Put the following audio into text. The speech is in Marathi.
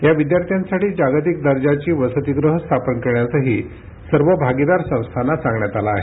या विद्यार्थ्यांसाठी जागतिक दर्जाची वसतीगृहं स्थापन करण्यासही सर्व भागीदार संस्थांना सांगण्यात आलं आहे